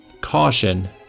caution